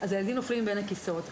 אז הילדים נופלים בין הכיסאות.